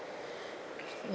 mm